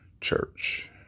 church